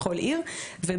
בכל עיר ובארץ,